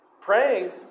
Praying